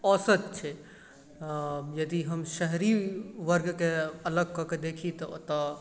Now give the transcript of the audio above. औसत छै यदि हम शहरी वर्गकेँ अलग कऽ कऽ देखि तऽ ओतऽ